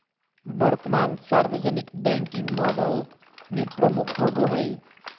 वर्तमान सार्वजनिक banking model में प्रमुख होबो हइ